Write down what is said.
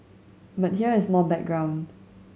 but here is more background